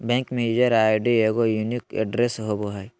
bank में user ID एगो unique address होबो हइ